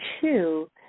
two